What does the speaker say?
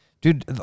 dude